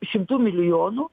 šimtų milijonų